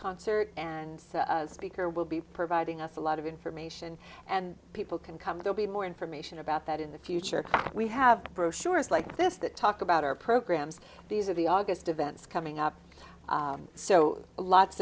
concert and speaker will be providing us a lot of information and people can come they'll be more information about that in the future that we have brochures like this that talk about our programs these are the august events coming up so a lot